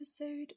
episode